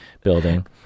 building